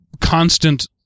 constant